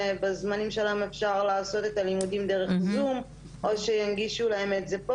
בזמנים שלהן אפשר לעשות את הלימודים דרך זום או שינגישו להן את זה פה,